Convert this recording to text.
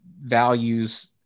values